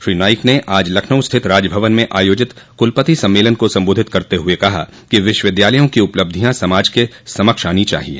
श्री नाईक ने आज लखनऊ स्थित राजभवन में आयोजित कलपति सम्मेलन को सम्बोधित करते हुए कहा कि विश्वविद्यालयों की उपलब्धियां समाज के समक्ष आनी चाहिए